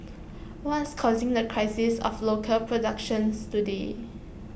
what's causing the crisis of local productions today